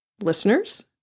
listeners